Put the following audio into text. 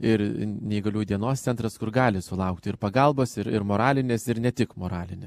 ir neįgaliųjų dienos centras kur gali sulaukti ir pagalbos ir ir moralinės ir ne tik moralinio